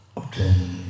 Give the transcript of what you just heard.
obtain